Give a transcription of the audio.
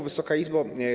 Wysoka Izbo!